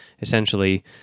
essentially